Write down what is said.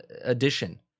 edition